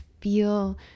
feel